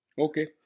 Okay